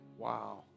Wow